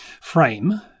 frame